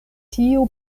tiu